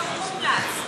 מומלץ.